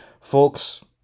folks